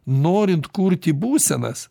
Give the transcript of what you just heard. norint kurti būsenas